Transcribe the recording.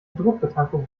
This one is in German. druckbetankung